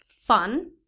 Fun